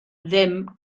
ddim